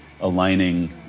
aligning